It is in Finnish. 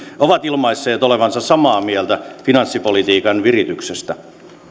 ovat ilmaisseet olevansa samaa mieltä finanssipolitiikan virityksestä